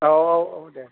औ औ औ दे दे